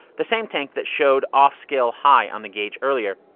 the same tank that showed off-scale high on the gauge earlier.